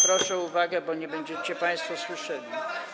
Proszę o uwagę, bo nie będziecie państwo słyszeli.